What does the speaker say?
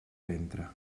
ventre